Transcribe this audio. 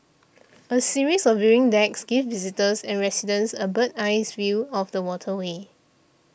a series of viewing decks gives visitors and residents a bird eyes view of the waterway